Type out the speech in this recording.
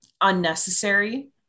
unnecessary